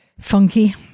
funky